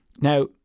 Now